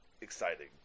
exciting